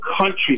country